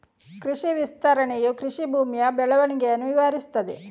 ಕೃಷಿ ವಿಸ್ತರಣೆಯು ಕೃಷಿ ಭೂಮಿಯ ಬೆಳವಣಿಗೆಯನ್ನು ವಿವರಿಸುತ್ತದೆ